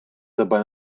тебе